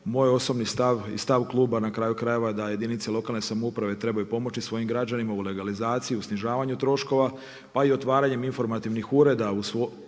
Moj osobni stav i stav Kluba, na kraju krajeva je da jedinice lokalne samouprave trebaju pomoći svojim građanima u legalizaciji, u snižavanju troškova, pa i otvaranje informativnih ureda u svojim